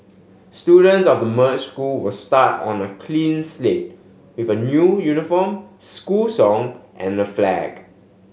students of the merged school will start on a clean slate with a new uniform school song and flag